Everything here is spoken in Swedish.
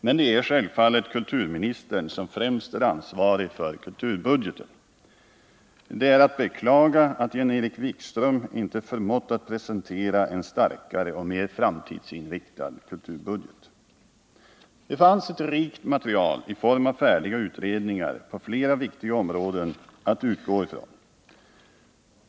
Men det är självfallet kulturministern som främst är ansvarig för kulturbudgeten. Det är att beklaga att Jan-Erik Wikström inte förmått att presentera en starkare och mera framtidsinriktad kulturbudget. Det fanns ett rikt material i form av färdiga utredningar på flera viktiga områden att utgå ifrån.